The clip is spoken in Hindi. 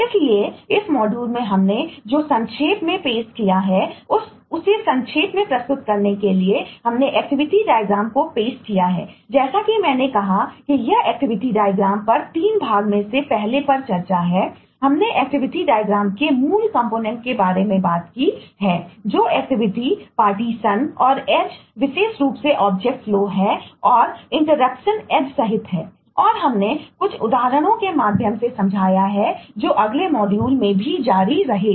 इसलिए इस मॉड्यूल में हमने जो संक्षेप में पेश किया है उसे संक्षेप में प्रस्तुत करने के लिए हमने एक्टिविटी डायग्राम सहित है और हमने कुछ उदाहरणों के माध्यम से समझाया है जो अगले मॉड्यूल में भी जारी रहेगा